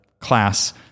class